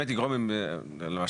ממילא